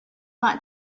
not